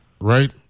right